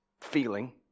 feeling